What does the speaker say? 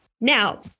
Now